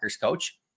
coach